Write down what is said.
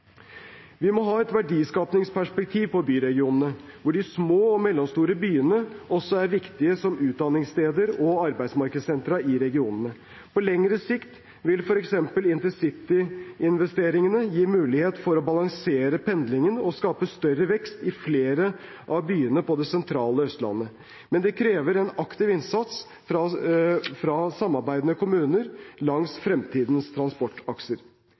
Vi må ha et verdiskapingsperspektiv på byregionene, hvor de små og mellomstore byene også er viktige som utdanningssteder og arbeidsmarkedssentra i regionene. På lengre sikt vil f.eks. intercity-investeringene gi mulighet for å balansere pendlingen og skape større vekst i flere av byene på det sentrale Østlandet. Men det krever en aktiv innsats fra samarbeidende kommuner langs fremtidens transportakser.